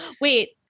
Wait